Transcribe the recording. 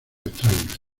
extrañas